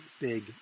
big